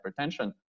hypertension